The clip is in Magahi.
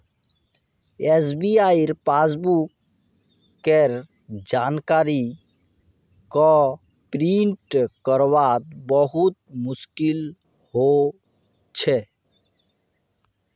एस.बी.आई पासबुक केर जानकारी क प्रिंट करवात बहुत मुस्कील हो छे